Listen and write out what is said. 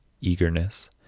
eagerness